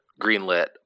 Greenlit